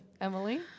Emily